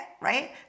Right